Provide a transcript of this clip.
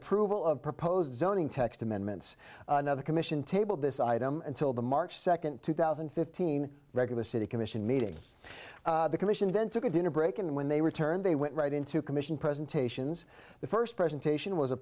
approval of proposed zoning text amendments another commission tabled this item until the march second two thousand and fifteen regular city commission meeting the commission then took a dinner break and when they returned they went right into commission presentations the first presentation was a